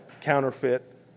counterfeit